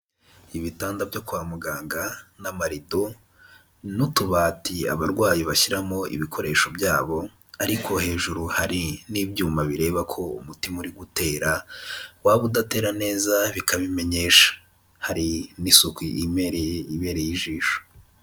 Ibitanda byo kwa muganga n'amarido n'utubati abarwayi bashyiramo ibikoresho byabo, ariko hejuru hari n'ibyuma bireba ko umutima uri gutera waba udatera neza bikabimenyesha, hari n'isuku iremereye ibereye ijisho.